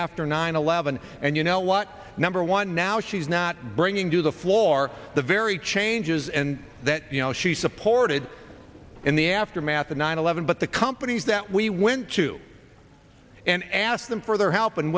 after nine eleven and you know what number one now she's not bringing to the floor the very changes and that she supported in the aftermath of nine eleven but the companies that we went to and asked them for their help and